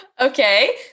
Okay